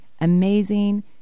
amazing